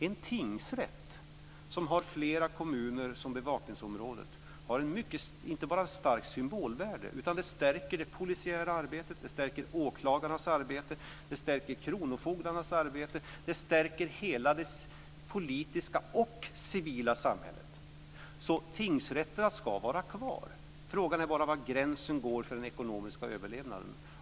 En tingsrätt som har flera kommuner som bevakningsområde har inte bara ett starkt symbolvärde, utan den stärker det polisiära arbetet, den stärker åklagarnas arbete, den stärker kronofogdarnas arbete, och den stärker hela det politiska och civila samhället. Tingsrätterna ska alltså vara kvar. Frågan är bara var gränsen går för den ekonomiska överlevnaden.